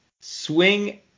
swing